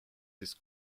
this